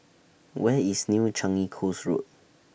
Where IS New Changi Coast Road